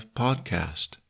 podcast